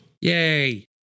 Yay